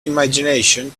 imagination